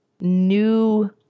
new